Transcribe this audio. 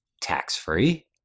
tax-free